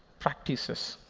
practices.